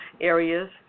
areas